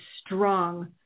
strong